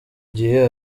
gihe